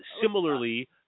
Similarly